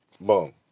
Boom